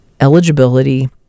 eligibility